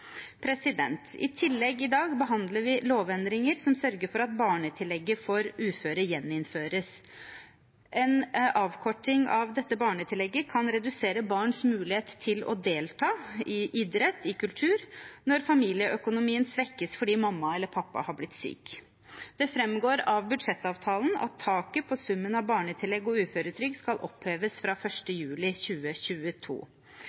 i samfunnet. I tillegg behandler vi i dag lovendringer som sørger for at barnetillegget for uføre gjeninnføres. En avkorting av dette barnetillegget kan redusere barns mulighet til å delta i idrett og kultur når familieøkonomien svekkes fordi mamma eller pappa har blitt syk. Det framgår av budsjettavtalen at taket på summen av barnetillegg og uføretrygd skal oppheves fra